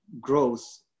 growth